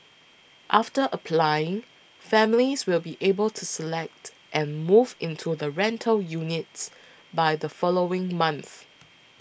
after applying families will be able to select and move into the rental units by the following month